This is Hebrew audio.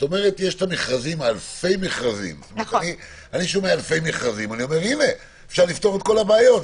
את אומרת שיש אלפי מכרזים ואני אומר שאפשר לפתור את כל הבעיות,